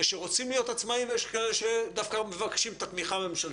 יש שרוצים להיות עצמאיים ויש כאלה שדווקא מבקשים את התמיכה הממשלתית,